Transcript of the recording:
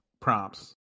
prompts